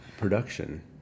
production